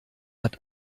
hat